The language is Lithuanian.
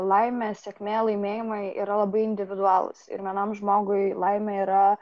laimė sėkmė laimėjimai yra labai individualūs ir vienam žmogui laimė yra